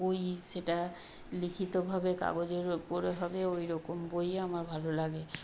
বই সেটা লিখিতভাবে কাগজের উপরে হবে ওই রকম বইই আমার ভালো লাগে